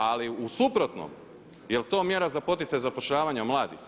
Ali u suprotnom, je li to mjera za poticaj zapošljavanja mladih?